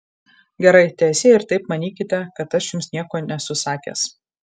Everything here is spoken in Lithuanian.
gerai teesie ir taip manykite kad aš jums nieko nesu sakęs